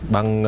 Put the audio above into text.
Bằng